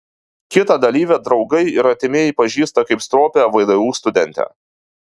kitą dalyvę draugai ir artimieji pažįsta kaip stropią vdu studentę